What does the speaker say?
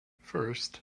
first